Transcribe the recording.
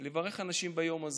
אנשים ביום הזה.